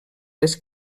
les